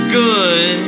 good